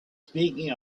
speaking